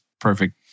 perfect